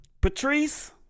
Patrice